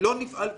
אז לא נפעל כנגדו.